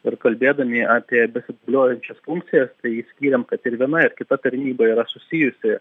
ir kalbėdami apie besidubliuojančias funkcijas tai išskyrėm kad ir viena ir kita tarnyba yra susijusi